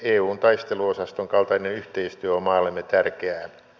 eun taisteluosaston kaltainen yhteistyö on maallemme tärkeää